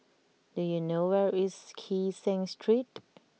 do you know where is Kee Seng Street